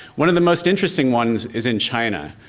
one of the most interesting one is in china.